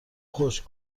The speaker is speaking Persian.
خشک